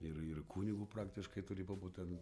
ir ir kunigu praktiškai turi pabūt ten